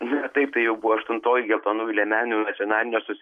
na taip tai jau buvo aštuntoji geltonųjų liemenių nacionalinio sus